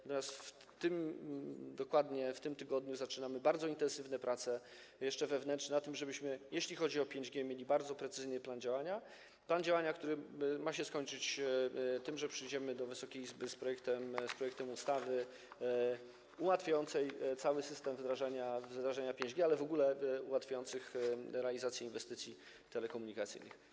Natomiast dokładnie w tym tygodniu zaczynamy bardzo intensywne prace, jeszcze wewnętrzne, nad tym, żebyśmy jeśli chodzi o 5G, mieli bardzo precyzyjny plan działania, który ma się skończyć tym, że przyjdziemy do Wysokiej Izby z projektem ustawy ułatwiającej cały system wdrażania 5G, ale w ogóle ułatwiającej realizację inwestycji telekomunikacyjnych.